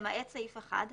למעט סעיף 1,